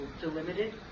delimited